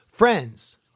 Friends